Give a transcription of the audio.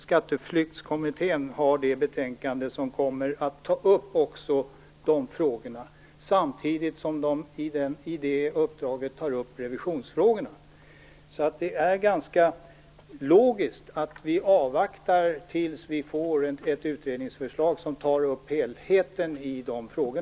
Skatteflyktskommittén har det betänkande som kommer att ta upp också de frågorna, samtidigt som de i det uppdraget tar upp revisionsfrågorna. Det är alltså ganska logiskt att vi avvaktar tills vi får ett utredningsförslag som tar upp helheten i dessa frågor.